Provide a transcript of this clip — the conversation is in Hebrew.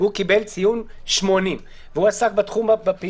אני חושב שאם בית המשפט קבע שמישהו מתאים לכהן כבעל תפקיד כמה פעמים,